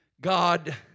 God